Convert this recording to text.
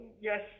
yes